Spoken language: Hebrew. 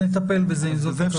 נטפל בזה.